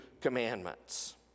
commandments